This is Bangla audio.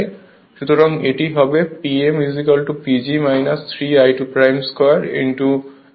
সুতরাং এটি হবে Pm PG 3 I2 2 r2